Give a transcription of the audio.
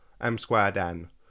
M-squared-N